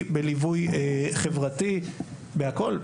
בלכידות חברתית מאוד מאוד גבוהה,